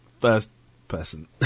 first-person